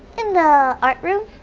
in the art room.